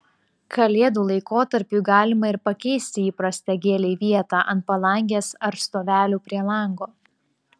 kalėdų laikotarpiui galima ir pakeisti įprastą gėlei vietą ant palangės ar stovelių prie lango